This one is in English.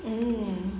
mm